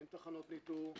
אין תחנות ניטור,